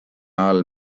all